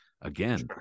again